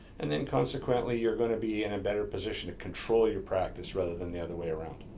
and then consequently, you're gonna be in a better position to control your practice rather than the other way around.